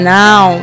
now